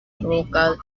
vocal